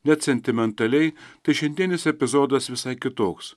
net sentimentaliai tai šiandienis epizodas visai kitoks